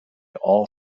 all